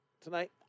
tonight